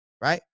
right